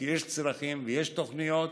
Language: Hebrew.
כי יש צרכים ויש תוכניות,